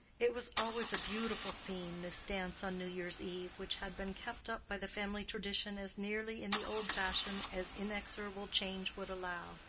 it was always a beautiful scene, this dance on new year's eve, which had been kept up by the family tradition as nearly in the old fashion as inexorable change would allow.